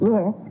Yes